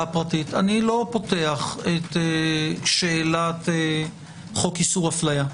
הפרטית אני לא פותח את שאלת חוק איסור אפליה.